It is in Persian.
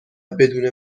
بدون